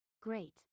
great